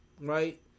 right